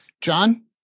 John